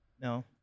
No